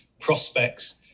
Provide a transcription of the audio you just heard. prospects